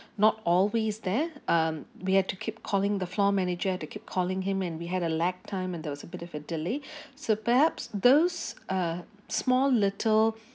not always there uh we have to keep calling the floor manager to keep calling him and we had a lag time and there was a bit of a delay so perhaps those uh small little